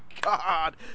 God